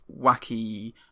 wacky